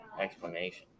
explanation